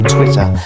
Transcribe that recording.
Twitter